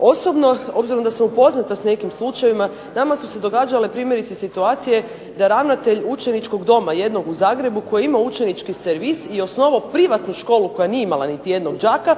Osobno obzirom da sam upoznata s nekim slučajevima nama su se događale primjerice situacije da ravnatelj učeničkog doma jednog u Zagrebu koji je imao učenički servis i osnovao privatnu školu koja nije imala niti jednog đaka